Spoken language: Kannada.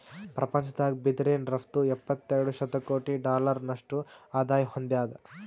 ಪ್ರಪಂಚದಾಗ್ ಬಿದಿರಿನ್ ರಫ್ತು ಎಪ್ಪತ್ತೆರಡು ಶತಕೋಟಿ ಡಾಲರ್ನಷ್ಟು ಆದಾಯ್ ಹೊಂದ್ಯಾದ್